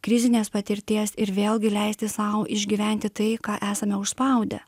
krizinės patirties ir vėlgi leisti sau išgyventi tai ką esame užspaudę